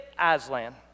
Aslan